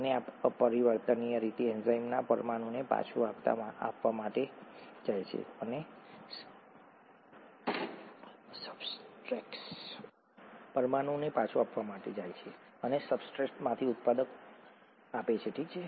અને આ અપરિવર્તનીય રીતે એન્ઝાઇમના પરમાણુને પાછું આપવા માટે જાય છે અને સબસ્ટ્રેટમાંથી ઉત્પાદન આપે છે ઠીક છે